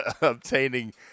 obtaining